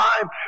time